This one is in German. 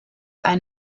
ein